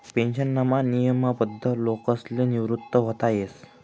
पेन्शनमा नियमबद्ध लोकसले निवृत व्हता येस